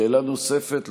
שאלה נוספת,